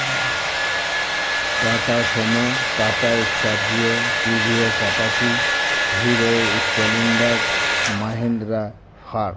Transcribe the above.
Tata sumo Tata scorpio TVS apache hero splendor Mahindra Thar